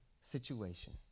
situation